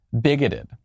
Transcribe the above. bigoted